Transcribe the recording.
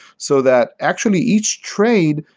so that actually each trade,